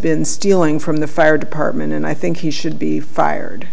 been stealing from the fire department and i think he should be fired